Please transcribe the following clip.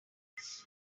iki